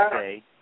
say